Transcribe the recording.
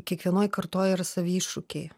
kiekvienoj kartoje ir savi iššūkiai